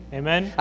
amen